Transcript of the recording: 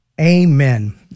Amen